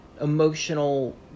emotional